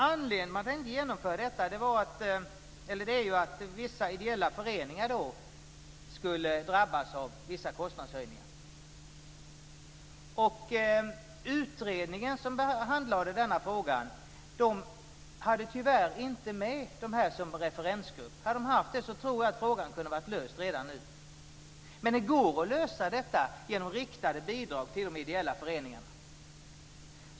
Anledningen till att man inte genomför detta är att vissa ideella föreningar skulle drabbas av vissa kostnadshöjningar. Utredningen som handlade denna fråga hade tyvärr inte med dem som referensgrupp, och om de hade haft det tror jag att frågan kunde ha varit löst redan nu. Det går att lösa detta genom riktade bidrag till de ideella föreningarna.